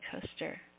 coaster